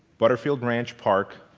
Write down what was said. butterfield ranch park,